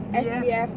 S_B_F